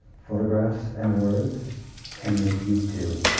photographs and words can make you do.